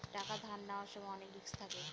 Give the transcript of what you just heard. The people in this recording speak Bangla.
টাকা ধার নেওয়ার সময় অনেক রিস্ক থাকে